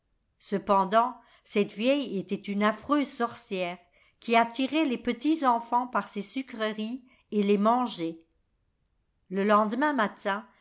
cependant cette vieille était une affreuse sorcière qui attirait les petits enfants par ses sucreries et les mangeait le lendemain matin